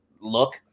look